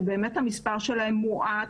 שבאמת המספר שלהם מועט,